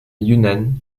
yunnan